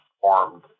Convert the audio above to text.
formed